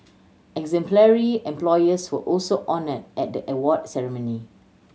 exemplary employers were also honoured at the award ceremony